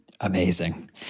Amazing